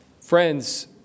Friends